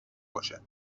باشد